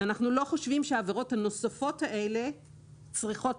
ואנחנו לא חושבים שהעבירות הנוספות האלה צריכות